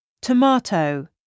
Tomato